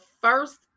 first